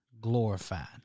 glorified